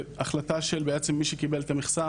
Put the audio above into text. והחלטה של בעצם מי שקיבל את המכסה,